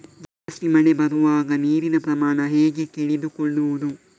ಜಾಸ್ತಿ ಮಳೆ ಬರುವಾಗ ನೀರಿನ ಪ್ರಮಾಣ ಹೇಗೆ ತಿಳಿದುಕೊಳ್ಳುವುದು?